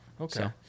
Okay